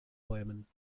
bäumen